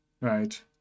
right